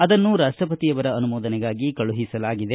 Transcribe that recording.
ಅದನ್ನು ರಾಷ್ಟಪತಿಯವರ ಅನುಮೋದನೆಗಾಗಿ ಕಳುಹಿಸಲಾಗಿದೆ